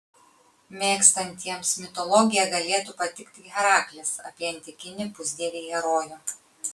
mėgstantiems mitologiją galėtų patikti heraklis apie antikinį pusdievį herojų